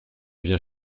vient